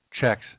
checks